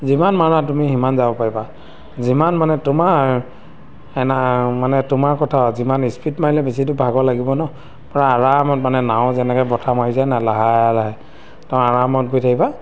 যিমান মাৰা তুমি সিমান যাব পাৰিবা যিমান মানে তোমাৰ নাই মানে তোমাৰ কথা যিমান স্পীড মাৰিলে বেছিটো ভাগৰ লাগিব ন পূৰা আৰামত মানে নাও যেনেকৈ বঠা মাৰি যায় না লাহে লাহে তোমাৰ আৰামত গৈ থাকিবা